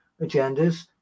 agendas